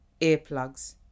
earplugs